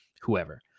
whoever